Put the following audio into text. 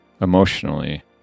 emotionally